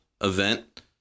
event